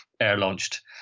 air-launched